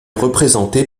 représenté